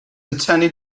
attorney